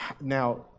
now